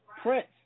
Prince